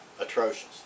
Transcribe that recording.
atrocious